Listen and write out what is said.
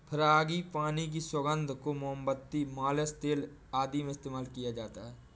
frangipani की सुगंध को मोमबत्ती, मालिश तेल आदि में इस्तेमाल किया जाता है